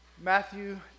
Matthew